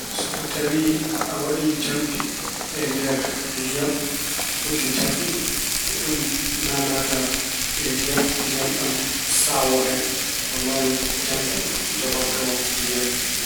So ko tawi a waɗi jampi e nder ndiyam, gudde jampi ɗi ko ɗum naatna ndiyam, ndiyam ɗam saawo hen. Ko noon jampi jogorto ndiyam.